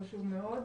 זה חשוב מאוד.